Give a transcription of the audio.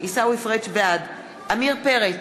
בעד עמיר פרץ,